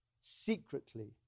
secretly